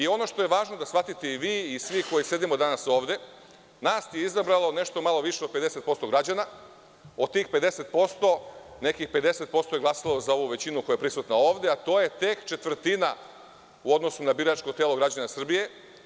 Ono što je važno da shvatite i vi i svi koji sedimo danas ovde, nas je izabralo nešto malo više od 50% građana, od tih 50% nekih 50% je glasalo za ovu većinu koja je prisutna ovde, a to je tek četvrtina u odnosu na biračko telo građana Srbije.